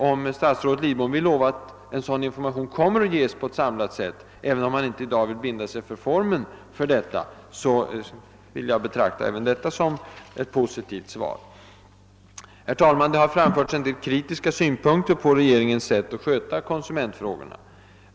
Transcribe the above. Om statsrådet Lidbom vill lova att en sådan information kommer att ges på ett för konsumenterna praktiskt sätt — även om han i dag inte vill binda sig för formerna i detalj — betraktar jag också detta som ett positivt svar. Herr talman! Det har framförts en del kritiska synpunkter på regeringens sätt att sköta konsumentfrågorna.